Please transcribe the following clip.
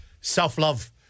Self-love